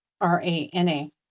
R-A-N-A